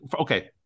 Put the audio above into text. Okay